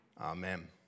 Amen